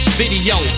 video